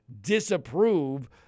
disapprove